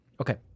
Okay